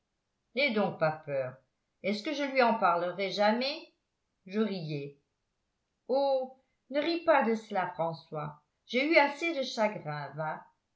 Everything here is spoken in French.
n'aie donc pas peur est-ce que je lui en parlerai jamais je riais oh ne ris pas de cela françois j'ai eu assez de chagrin va